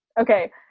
Okay